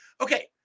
okay